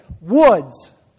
Woods